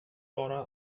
bara